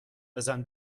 بزن